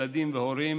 ילדים והורים,